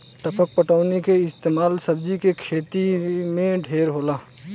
टपक पटौनी के इस्तमाल सब्जी के खेती मे ढेर होला